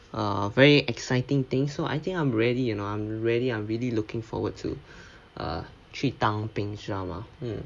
err very exciting things so I think I'm ready you know I'm ready I'm really looking forward to ah 去当兵知道 mah